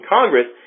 Congress